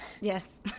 Yes